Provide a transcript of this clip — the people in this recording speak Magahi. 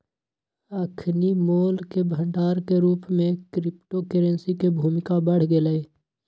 अखनि मोल के भंडार के रूप में क्रिप्टो करेंसी के भूमिका बढ़ गेलइ